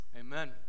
amen